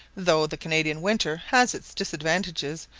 though the canadian winter has its disadvantages,